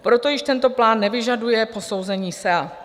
Proto již tento plán nevyžaduje posouzení SEA.